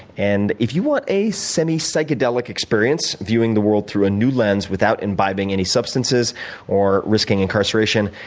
and if you want a semi psychedelic experience, viewing the world through a new lens without imbibing any substances or risking incarceration,